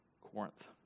Corinth